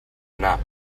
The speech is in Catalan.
anar